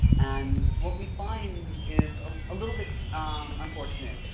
and, what we find is a little bit unfortunate.